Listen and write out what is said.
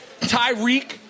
Tyreek